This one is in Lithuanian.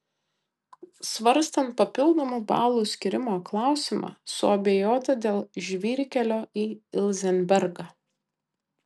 svarstant papildomų balų skyrimo klausimą suabejota dėl žvyrkelio į ilzenbergą